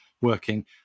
working